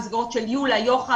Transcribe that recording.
המסגרות של --- ומילת,